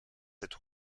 être